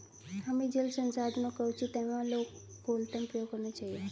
हमें जल संसाधनों का उचित एवं अनुकूलतम प्रयोग करना चाहिए